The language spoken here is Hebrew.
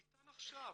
ניתן עכשיו.